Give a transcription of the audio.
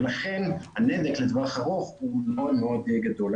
לכן הנזק לטווח ארוך הוא מאוד מאוד גדול.